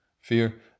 Fear